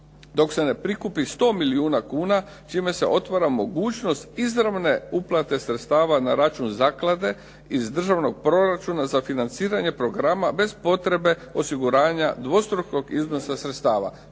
dok se ne prikupi 100 milijuna kuna čime se otvara mogućnost izravne uplate na račun zaklade iz državnog proračuna za financiranje programa bez potrebe osiguranja dvostrukog iznosa sredstava.